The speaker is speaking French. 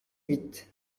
huit